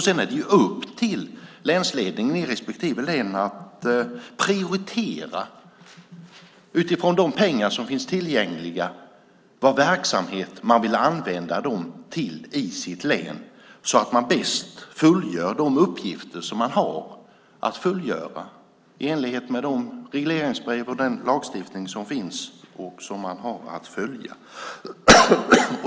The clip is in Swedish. Sedan är det upp till länsledningen i respektive län att prioritera utifrån de pengar som finns tillgängliga vilken verksamhet man vill använda dem till i sitt län så att man bäst fullgör de uppgifter som man har att fullgöra i enlighet med de regleringsbrev och den lagstiftning som finns och som man har att följa.